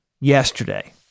yesterday